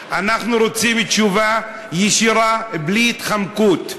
אנחנו רוצים תשובה ישירה, בלי התחמקות.